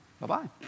Bye-bye